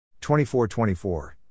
24-24